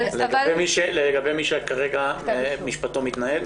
זה לגבי מי שכרגע משפטו מתנהל?